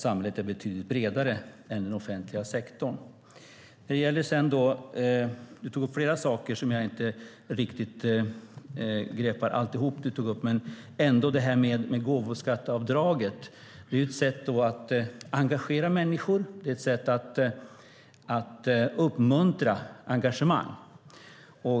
Samhället är betydligt bredare än den offentliga sektorn. Lars Ohly tog upp flera saker, och jag greppar inte riktigt alltihop. Men beträffande gåvoskatteavdraget vill jag säga att det är ett sätt att engagera människor, att uppmuntra engagemang.